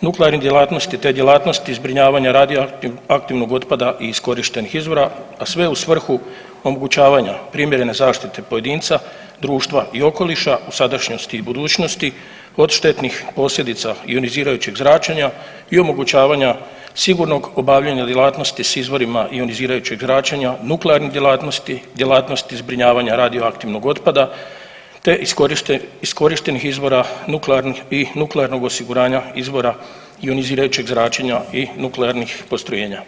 nuklearnih djelatnosti te djelatnosti zbrinjavanja radioaktivnog otpada i iskorištenih izvora, a sve u svrhu omogućavanja primjerne zaštite pojedinca, društva i okoliša u sadašnjosti i budućnosti od štetnih posljedica ionizirajućeg zračenja i omogućavanja sigurnog obavljanja djelatnosti s izvorima ionizirajućeg zračenja, nuklearnih djelatnosti, djelatnosti zbrinjavanja radioaktivnog otpada te iskorištenih izvora nuklearnih i nuklearnih osiguranja izvora ionizirajućeg zračenja i nuklearnih postrojenja.